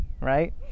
right